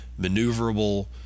maneuverable